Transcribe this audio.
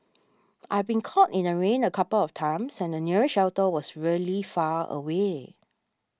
I've been caught in the rain a couple of times and the nearest shelter was really far away